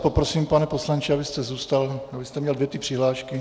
Poprosím vás, pane poslanče, abyste zůstal, vy jste měl dvě ty přihlášky.